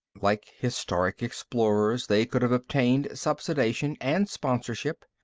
like historic explorers, they could have obtained subsidization and sponsorship.